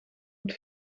het